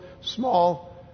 small